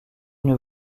une